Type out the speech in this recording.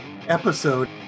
episode